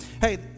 Hey